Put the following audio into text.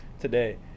today